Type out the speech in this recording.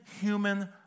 human